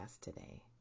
today